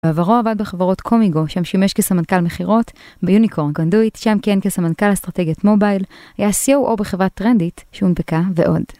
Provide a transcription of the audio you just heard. בעברו עבד בחברות קומיגו, שם שימש כסמנכ"ל מכירות, ביוניקורן קונדואיט, שם כיהן כסמנכ"ל אסטרטגיית מובייל, היה סי או או בחברת טרנדאיט, שהונפקה ועוד.